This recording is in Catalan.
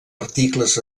articles